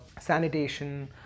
sanitation